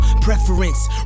preference